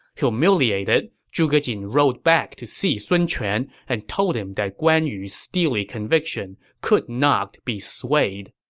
humiliated, zhuge jin rode back to see sun quan and told him that guan yu's steely conviction could not be swayed